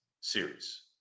series